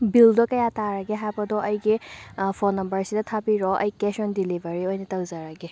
ꯕꯤꯜꯗꯣ ꯀꯌꯥ ꯇꯥꯔꯒꯦ ꯍꯥꯏꯕꯗꯣ ꯑꯩꯒꯤ ꯐꯣꯟ ꯅꯝꯕꯔꯁꯤꯗ ꯊꯥꯕꯤꯔꯛꯑꯣ ꯑꯩ ꯀꯦꯁ ꯑꯣꯟ ꯗꯦꯂꯤꯕꯔꯤ ꯑꯣꯏꯅ ꯇꯧꯖꯔꯒꯦ